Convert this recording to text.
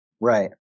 Right